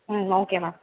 ம் okay ma'am